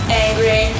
angry